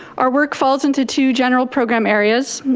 our work falls into two general program areas,